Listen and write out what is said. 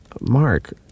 Mark